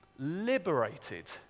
liberated